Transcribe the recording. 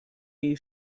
jej